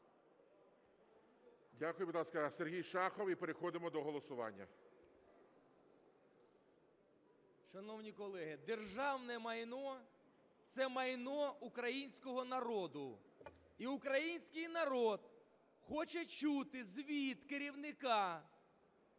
Дякую. Будь ласка, Сергій Шахов. І переходимо до голосування. 11:04:21 ШАХОВ С.В. Шановні колеги, державне майно – це майно українського народу. І український народ хоче чути звіт керівника